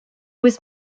was